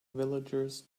villagers